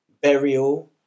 burial